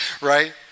right